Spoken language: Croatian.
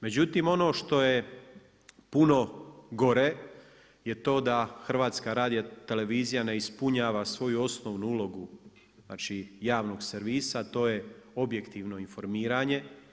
Međutim, ono što je puno gore je to da HRT ne ispunjava svoju osnovnu ulogu javnog servisa, a to je objektivno informiranje.